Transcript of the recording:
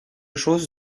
chose